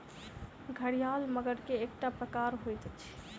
घड़ियाल मगर के एकटा प्रकार होइत अछि